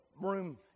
room